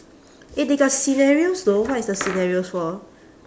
eh they got scenarios though what is the scenarios for